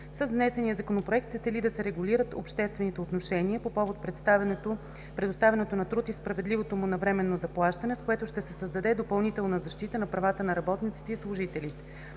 С внесения Законопроект се цели да се регулират обществените отношения по повод предоставянето на труд и справедливото му навременно заплащане, с което ще се създаде допълнителна защита на правата на работниците и служителите.